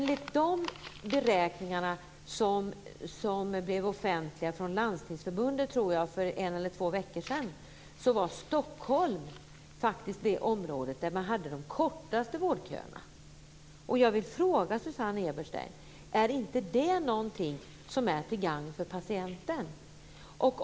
Enligt de beräkningar från, tror jag, Landstingsförbundet som blev offentliga för en eller två veckor sedan är Stockholm faktiskt det område där det är de kortaste vårdköerna. Är inte det något som är till gagn för patienten?